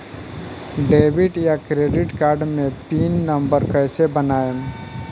Debit या credit card मे pin number कैसे बनाएम?